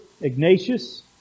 Ignatius